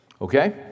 Okay